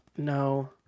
No